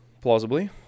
Plausibly